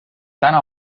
täna